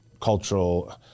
cultural